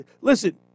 Listen